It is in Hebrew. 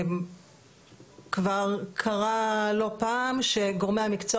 כבר קרה לא פעם שגורמי המקצוע